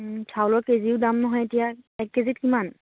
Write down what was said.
চাউলৰ কেজিও দাম নহয় এতিয়া এক কেজিত কিমান